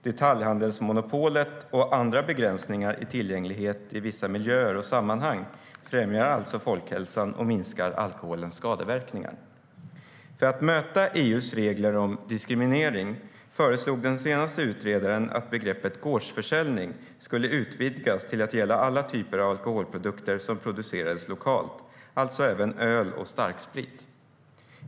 Detaljhandelsmonopolet, och andra begränsningar i tillgänglighet i vissa miljöer och sammanhang, främjar alltså folkhälsan och minskar alkoholens skadeverkningar. För att möta EU:s regler om diskriminering föreslog den senaste utredaren att begreppet gårdsförsäljning skulle utvidgas till att gälla alla typer av alkoholprodukter som producerades lokalt, alltså även öl och starksprit.